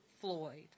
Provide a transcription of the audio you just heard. Floyd